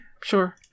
Sure